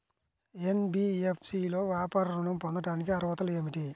NBFC లో వ్యాపార ఋణం పొందటానికి అర్హతలు ఏమిటీ?